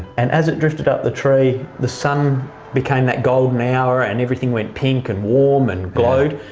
and as it drifted up the tree, the sun became that golden hour and everything went pink and warm and glowed,